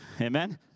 Amen